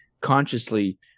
consciously